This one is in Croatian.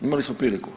Imali smo priliku.